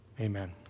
amen